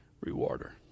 Rewarder